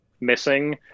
missing